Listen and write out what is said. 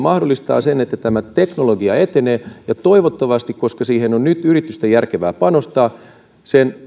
mahdollistaa sen että teknologia etenee ja koska siihen on nyt yritysten järkevää panostaa toivottavasti sen